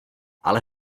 ale